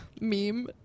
meme